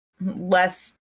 less